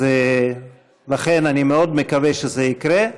אז אני מאוד מקווה שזה יקרה.